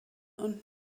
und